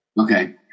Okay